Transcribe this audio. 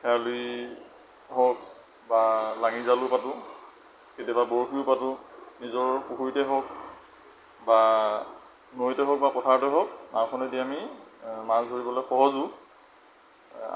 খেৱালি হওক বা লাঙি জালো পাতোঁ কেতিয়াবা বৰশীও পাতোঁ নিজৰ পুখুৰীতে হওক বা নৈতে হওক বা পথাৰতে হওক নাওখনেদি আমি মাছ ধৰিবলৈ সহজো